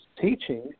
teaching